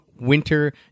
winter